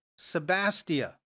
Sebastia